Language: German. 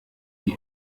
wie